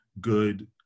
good